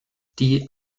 die